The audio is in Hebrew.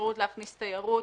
אפשרות להכניס תיירות.